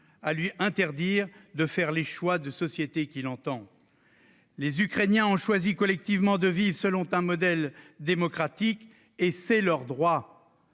à lui interdire les choix de société qu'il entend faire. Les Ukrainiens ont choisi collectivement de vivre selon un modèle démocratique, et c'est leur droit.